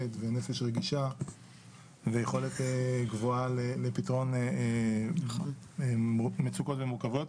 ונפש רגישה ויכולת גבוהה לפתרון מצוקות ומורכבות,